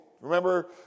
Remember